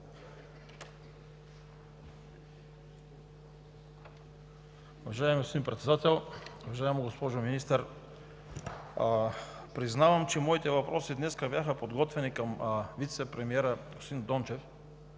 Уважаеми господин Председател, уважаема госпожо Министър! Признавам, че моите въпроси днес бяха подготвени към вицепремиера господин Дончев,